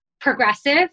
progressive